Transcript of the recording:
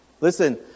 Listen